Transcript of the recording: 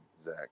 Zach